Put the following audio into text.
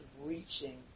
reaching